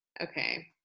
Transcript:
Okay